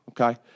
okay